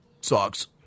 Socks